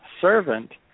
servant